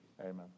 Amen